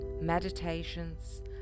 meditations